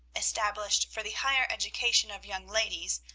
established for the higher education of young ladies,